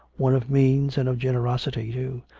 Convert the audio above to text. one of means and of generosity, too,